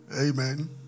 Amen